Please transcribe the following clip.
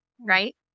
right